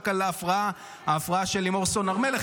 על ההפרעה של לימור סון הר מלך,